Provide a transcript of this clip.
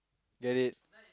get it